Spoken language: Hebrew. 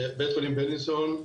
בבית חולים בילינסון.